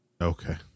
Okay